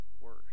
worse